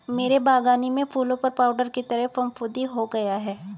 मेरे बगानी में फूलों पर पाउडर की तरह फुफुदी हो गया हैं